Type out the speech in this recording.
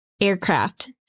aircraft